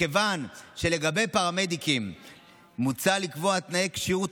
מכיוון שלגבי פרמדיקים מוצע לקבוע תנאי כשירות